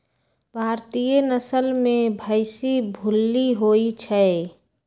भारतीय नसल में भइशी भूल्ली होइ छइ